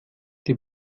die